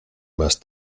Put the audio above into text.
más